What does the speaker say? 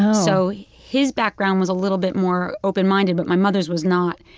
so his background was a little bit more open-minded, but my mother's was not.